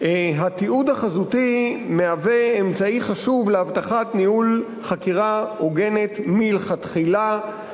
התיעוד החזותי מהווה אמצעי חשוב להבטחת ניהול חקירה הוגנת מלכתחילה,